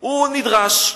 שנדרש,